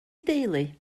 deulu